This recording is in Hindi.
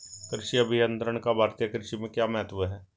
कृषि अभियंत्रण का भारतीय कृषि में क्या महत्व है?